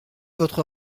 votre